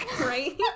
right